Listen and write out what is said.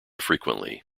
frequently